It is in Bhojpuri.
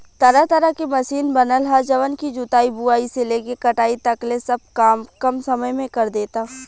तरह तरह के मशीन बनल ह जवन की जुताई, बुआई से लेके कटाई तकले सब काम कम समय में करदेता